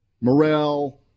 Morrell